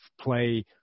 play